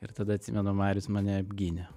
ir tada atsimenu marius mane apgynė